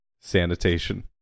Sanitation